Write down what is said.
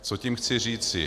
Co tím chci říct?